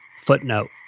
Footnote